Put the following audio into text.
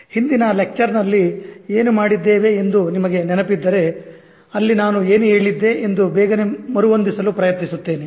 ಹಿಂದಿನ ಲೆಕ್ಚರ್ ನಲ್ಲಿ ಏನು ಮಾಡಿದ್ದೇವೆ ಎಂದು ನಿಮಗೆ ನೆನಪಿದ್ದರೆ ಅಲ್ಲಿ ನಾನು ಏನು ಹೇಳಿದ್ದೆ ಎಂದು ಬೇಗನೆ ಮರುಹೊಂದಿಸಲು ಪ್ರಯತ್ನಿಸುತ್ತೇನೆ